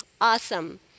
Awesome